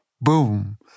boom